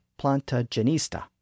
plantagenista